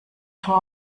tor